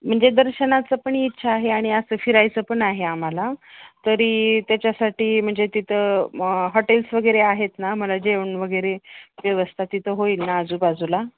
म्हणजे दर्शनाचं पण इच्छा आहे आणि असं फिरायचं पण आहे आम्हाला तरी त्याच्यासाठी म्हणजे तिथं हॉटेल्स वगैरे आहेत ना मला जेवण वगैरे व्यवस्था तिथं होईल ना आजूबाजूला